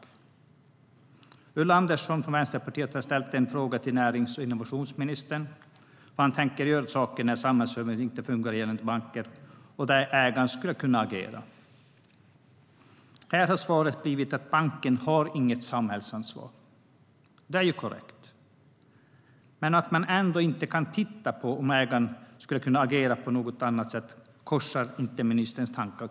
Ulla Andersson från Vänsterpartiet har ställt en fråga till närings och innovationsministern om vad han tänker göra åt saken när samhällsservicen inte fungerar inom banksektorn och där ägaren skulle kunna agera. Svaret har blivit att banken inte har något samhällsansvar. Det är korrekt. Men att man ändå skulle kunna titta på om ägaren kunde agera på något annat sätt korsar tydligen inte ministerns tankar.